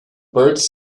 birds